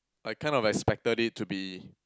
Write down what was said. I kind of expected it to be